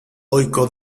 ohiko